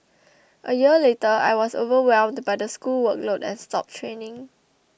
a year later I was overwhelmed by the school workload and stopped training